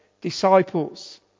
disciples